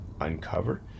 uncover